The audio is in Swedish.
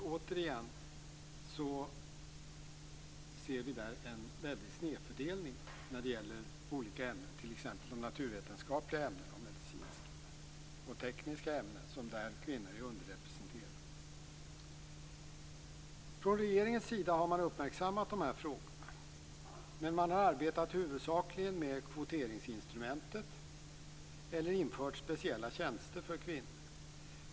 Återigen ser vi en väldig snedfördelning i vissa ämnen, t.ex. de naturvetenskapliga, tekniska och medicinska ämnena. Där är kvinnor underrepresenterade. Från regeringens sida har man uppmärksammat de här frågorna. Men man har arbetat huvudsakligen med kvoteringsinstrumentet eller infört speciella tjänster för kvinnor.